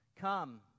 Come